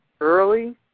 early